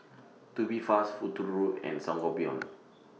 Tubifast Futuro and Sangobion